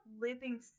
living